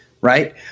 Right